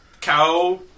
cow